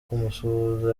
kumusuhuza